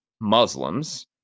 Muslims